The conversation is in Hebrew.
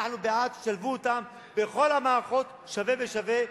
אנחנו בעד שתשלבו אותם בכל המערכות שווה בשווה,